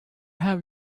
have